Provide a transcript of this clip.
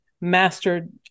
mastered